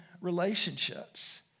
relationships